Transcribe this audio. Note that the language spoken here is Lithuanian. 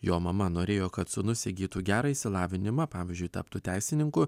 jo mama norėjo kad sūnus įgytų gerą išsilavinimą pavyzdžiui taptų teisininku